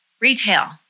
Retail